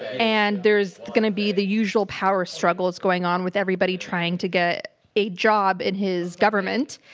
and there's gonna be the usual power struggle that's going on, with everybody trying to get a job in his government.